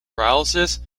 paralysis